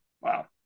Wow